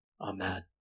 Amen